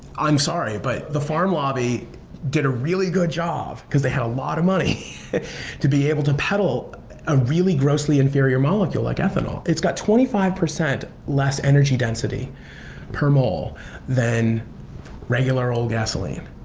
i'm sorry, but the farm lobby did a really good job because they had a lot of money to be able to peddle a really grossly inferior molecule like ethanol. its got twenty five percent less energy density per mole than regular old gasoline.